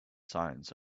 signs